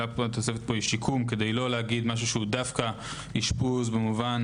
התוספת פה היא שיקום כדי לא לומר משהו שהוא דווקא אשפוז במובן